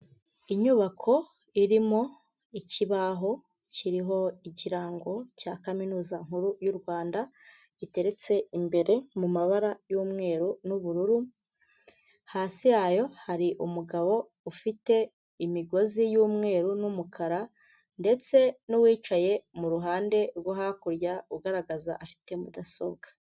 Inyubako irimo ikibaho kiriho ikirango cya Kaminuza Nkuru y'u Rwanda, giteretse imbere mu mabara y'umweru n'ubururu, hasi yayo hari umugabo ufite imigozi y'umweru n'umukara ndetse n'uwicaye mu ruhande rwo hakurya ugaragaza afite mudasobwa.